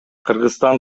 кыргызстан